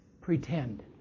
pretend